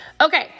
Okay